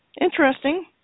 interesting